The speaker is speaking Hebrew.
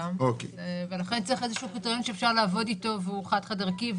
ולכן צריך איזשהו קריטריון שאפשר לעבוד איתו והוא חד-חד ערכי,